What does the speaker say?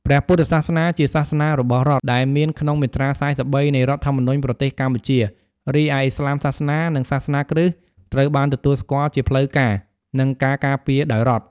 ព្រះពុទ្ធសាសនាជាសាសនារបស់រដ្ឋ ដែលមានក្នុង មាត្រា ៤៣ នៃរដ្ឋធម្មនុញ្ញប្រទេសកម្ពុជា រីឯ ឥស្លាមសាសនា និងសាសនាគ្រិស្តត្រូវបានទទួលស្គាល់ជាផ្លូវការ និងការការពារដោយរដ្ឋ។